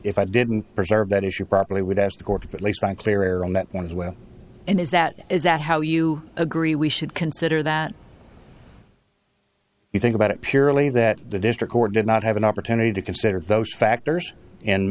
if i didn't preserve that issue properly would ask the court at least i'm clear on that one as well and is that is that how you agree we should consider that you think about it purely that the district court did not have an opportunity to consider those factors